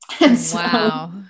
Wow